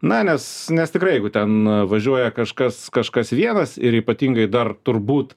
na nes nes tikrai jeigu ten važiuoja kažkas kažkas vienas ir ypatingai dar turbūt